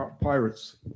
pirates